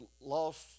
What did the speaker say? lost